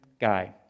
guy